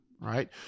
right